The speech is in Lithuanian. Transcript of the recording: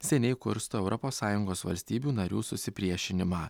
seniai kursto europos sąjungos valstybių narių susipriešinimą